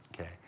Okay